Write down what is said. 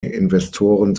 investoren